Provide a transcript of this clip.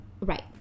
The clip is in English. right